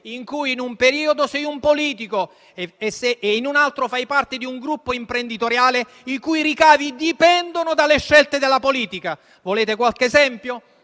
in cui in un periodo sei un politico e in un altro fai parte di un gruppo imprenditoriale i cui ricavi dipendono dalle scelte della politica. Volete qualche esempio?